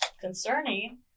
concerning